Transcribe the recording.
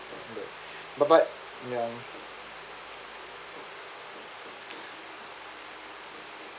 but but ya